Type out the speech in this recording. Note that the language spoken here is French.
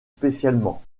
spécialement